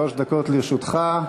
שלוש דקות לרשותך.